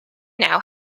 now